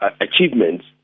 achievements